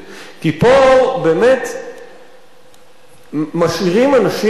כי פה באמת מצהירים אנשים,